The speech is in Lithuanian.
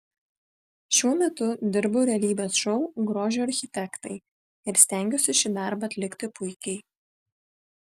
šiuo metu dirbu realybės šou grožio architektai ir stengiuosi šį darbą atlikti puikiai